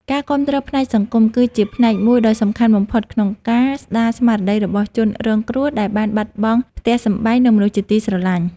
ការគាំទ្រផ្នែកសង្គម គឺជាផ្នែកមួយដ៏សំខាន់បំផុតក្នុងការស្តារស្មារតីរបស់ជនរងគ្រោះដែលបានបាត់បង់ផ្ទះសម្បែង និងមនុស្សជាទីស្រឡាញ់។